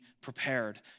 prepared